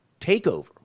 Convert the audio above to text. TakeOver